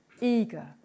eager